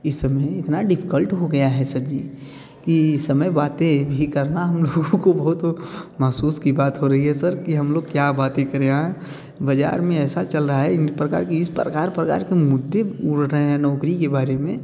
इस समय इतना डिफिकल्ट हो गया है सर जी कि इस समय बातें भी करना हम लाेगों को बहुत महसूस की बात हो रही है सर कि हम लोग क्या बाते करें हाँ बज़ार में ऐसा चल रहा है इन प्रकार कि इस प्रकार प्रकार के मुद्दे उड़ रहे हैं नौकरी के बारे में